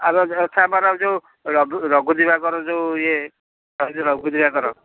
ଆଗ ଆଉ ଥାପାରା ଯେଉଁ ରଘୁ ରଘୁ ଦିବାକର ଯେଉଁ ଇଏ କହିଲି ରଘୁ ଦିବାକର